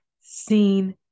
seen